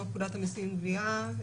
או פקודת המיסים וגבייה.